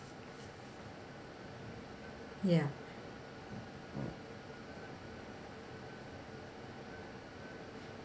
ya